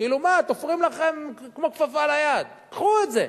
כאילו מה, תופרים לכם כמו כפפה ליד, קחו את זה.